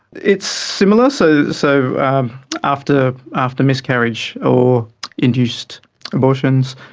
it's similar. so so after after miscarriage or induced abortions,